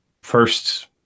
first